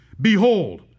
Behold